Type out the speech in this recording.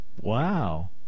Wow